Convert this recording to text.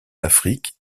afrique